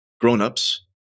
grown-ups